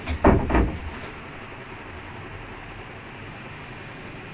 first match the difference became so wide it's like unlike you also lah I don't know what to point